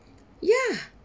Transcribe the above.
ya